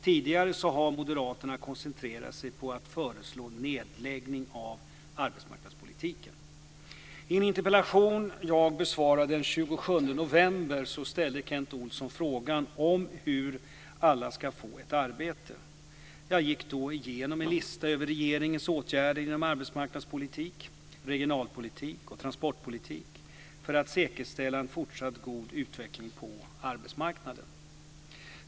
Tidigare har moderaterna koncenterat sig på att föreslå nedläggning av arbetsmarknadspolitiken. I en interpellation som jag besvarade den 27 november ställde Kent Olsson frågan om hur alla ska få ett arbete. Jag gick då igenom en lista över regeringens åtgärder inom arbetsmarknadspolitik, regionalpolitik och transportpolitik för att säkerställa en fortsatt god utveckling på arbetsmarknaden.